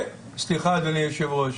סליחה, אדוני יושב הראש.